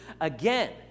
again